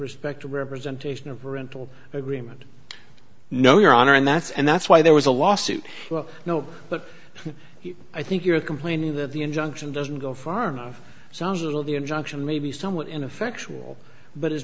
respect to representation of rental agreement no your honor and that's and that's why there was a lawsuit no but i think you're complaining that the injunction doesn't go far enough sounds a little the injunction may be somewhat ineffectual but it's